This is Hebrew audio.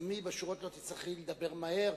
תצטמצמי בשורות, ולא תצטרכי לדבר מהר,